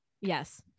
Yes